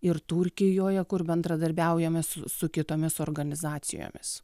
ir turkijoje kur bendradarbiaujame su kitomis organizacijomis